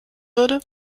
würde